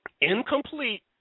incomplete